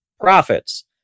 Profits